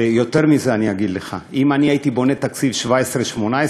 ויותר מזה אני אגיד לך: אם אני הייתי בונה תקציב 2017 2018,